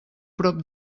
prop